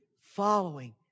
following